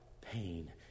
pain